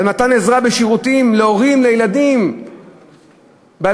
על מתן עזרה בשירותים להורים לילדים עם מוגבלות,